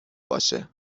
باشه